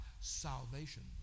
salvation